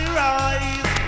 rise